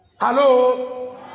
Hello